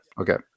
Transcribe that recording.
okay